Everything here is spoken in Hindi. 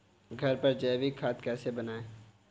घर पर जैविक खाद कैसे बनाएँ?